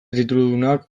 tituludunak